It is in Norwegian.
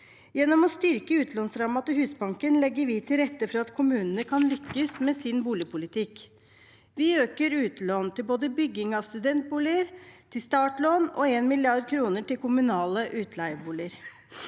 Gjennom å styrke utlånsrammen til Husbanken legger vi til rette for at kommunene kan lykkes med sin boligpolitikk. Vi øker utlån både til bygging av studentboliger og til startlån og har 1 mrd. kr til kommunale utleieboliger.